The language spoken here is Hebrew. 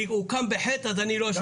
הוקם בחטא אז לא אשתף פעולה.